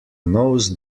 knows